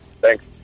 Thanks